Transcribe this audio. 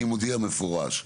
אני מודיע מפורש.